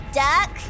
duck